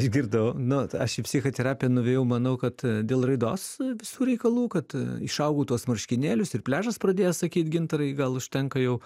išgirdau nu aš į psichoterapiją nuvėjau manau a kad dėl raidos visų reikalų kad išaugau tuos marškinėlius ir pliažas pradėjo sakyt gintarai gal užtenka jau